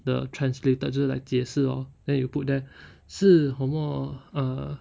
the translated 就是 like 解释 lor then you put there 是什么 err